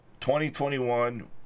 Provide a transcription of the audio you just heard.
2021